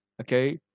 Okay